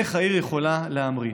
איך העיר יכולה להמריא.